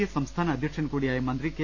S സംസ്ഥാന അധ്യക്ഷൻ കൂടിയായ മന്ത്രി കെ